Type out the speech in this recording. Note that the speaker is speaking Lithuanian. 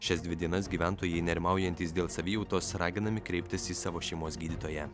šias dvi dienas gyventojai nerimaujantys dėl savijautos raginami kreiptis į savo šeimos gydytoją